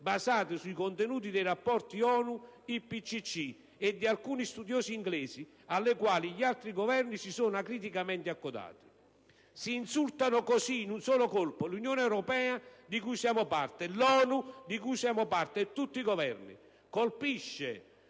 basate sui contenuti dei rapporti ONU-IPCC e di alcuni studiosi inglesi alle quali gli altri Governi si sono acriticamente accodati». Si insultano così in un solo colpo l'Unione europea (di cui siamo parte), l'ONU (di cui siamo parte) e tutti i Governi; colpisce